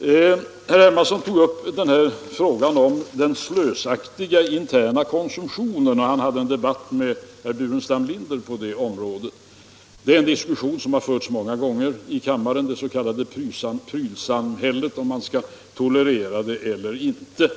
Herr Hermansson tog upp frågan om den slösaktiga interna konsumtionen och hade en debatt med herr Burenstam Linder på det området. Det är en diskussion som har förts många gånger i kammaren: om man skall tolerera det s.k. prylsamhället eller inte.